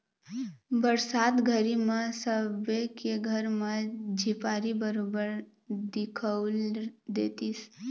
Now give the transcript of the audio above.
बरसात घरी म सबे के घर म झिपारी बरोबर दिखउल देतिस